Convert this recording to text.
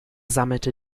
sammelte